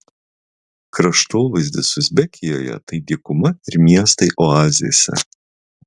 kraštovaizdis uzbekijoje tai dykuma ir miestai oazėse